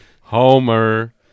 Homer